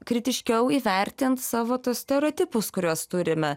kritiškiau įvertint savo tuos stereotipus kuriuos turime